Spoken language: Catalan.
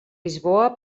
lisboa